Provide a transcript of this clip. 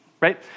Right